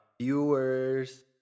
Viewers